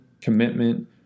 commitment